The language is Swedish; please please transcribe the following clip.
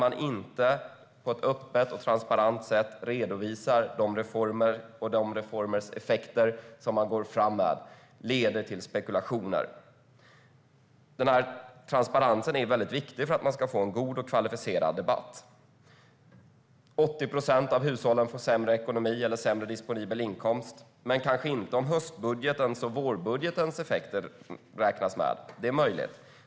Man redovisar inte på ett öppet och transparent sätt de reformer som man går fram med och deras effekter. Transparensen är viktig för att vi ska få en god och kvalificerad debatt. 80 procent av hushållen får sämre ekonomi eller sämre disponibel inkomst, men kanske inte om höstbudgetens och vårbudgetens effekter räknas med. Det är möjligt.